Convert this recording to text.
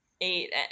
Eight